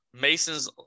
Mason's